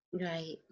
Right